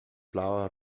blauer